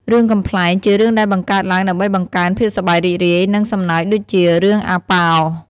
រឿងកំប្លែង ជារឿងដែលបង្កើតឡើងដើម្បីបង្កើន ភាពសប្បាយរីករាយ និងសំណើចដូចជា រឿងអាប៉ោ។